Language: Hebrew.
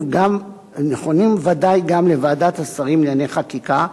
נכונים בוודאי גם לוועדת השרים לענייני חקיקה,